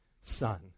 Son